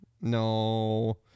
No